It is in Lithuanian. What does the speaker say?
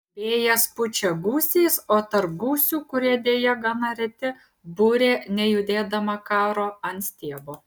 vėjas pučia gūsiais o tarp gūsių kurie deja gana reti burė nejudėdama karo ant stiebo